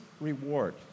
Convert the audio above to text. reward